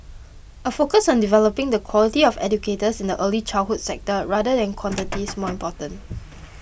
a focus on developing the quality of educators in the early childhood sector rather than quantity is more important